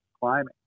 climbing